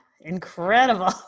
Incredible